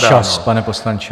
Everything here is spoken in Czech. Čas, pane poslanče.